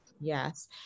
Yes